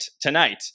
tonight